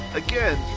again